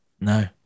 No